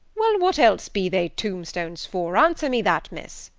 well, what else be they tombstones for? answer me that, miss!